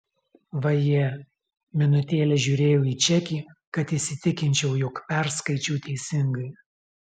vaje minutėlę žiūrėjau į čekį kad įsitikinčiau jog perskaičiau teisingai